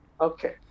okay